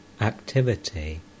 activity